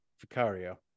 vicario